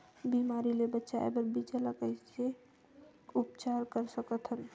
बिमारी ले बचाय बर बीजा ल कइसे उपचार कर सकत हन?